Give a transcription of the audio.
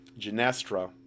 Genestra